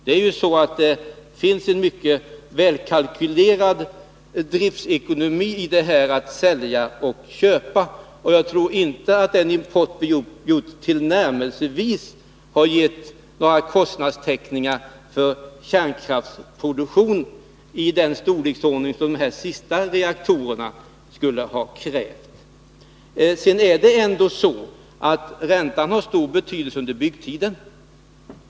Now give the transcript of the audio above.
Det är ju så att det finns en mycket välkalkylerad driftekonomi när det gäller att sälja och köpa. Jag tror inte att den import vi haft hade gett kostnader av ens tillnärmelsevis den storleksordning som de sista reaktorerna skulle ha krävt för motsvarande kärnkraftsproduktion. Sedan är det ändå så att räntan har stor betydelse under byggtiden.